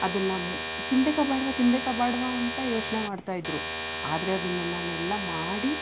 ಅದನ್ನ ತಿನ್ಬೇಕಾ ಬೇಡವಾ ತಿನ್ಬೇಕಾ ಬೇಡವಾ ಅಂತ ಯೋಚನೆ ಮಾಡ್ತಾ ಇದ್ದರು ಆದರೆ ಅದನ್ನ ನಾನು ಎಲ್ಲ ಮಾಡಿ